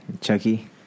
Chucky